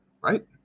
right